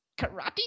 karate